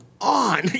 on